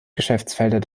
geschäftsfelder